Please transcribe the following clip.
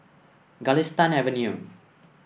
Galistan Avenue